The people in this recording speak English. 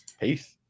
Peace